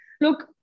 look